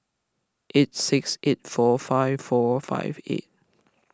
eight six eight four five four five eight